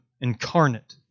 incarnate